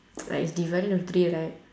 like is divided into three right